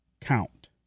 count